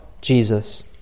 Jesus